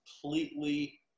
completely